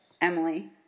Emily